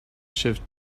shift